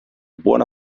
buona